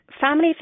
family